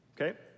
Okay